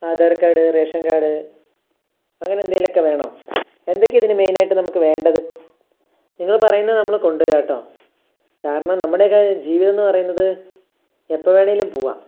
Aadhaar card ration card അങ്ങനെ എന്തെങ്കിലുമൊക്കെ വേണോ എന്തൊക്കെയാണ് ഇതിന് മെയിനായിട്ട് നമുക്ക് വേണ്ടത് നിങ്ങൾ പറയുന്നത് നമ്മൾ കൊണ്ടുവരാം കേട്ടോ കാരണം നമ്മുടെയൊക്കെ ജീവിതം എന്നു പറയുന്നത് എപ്പോൾ വേണമെങ്കിലും പോവാം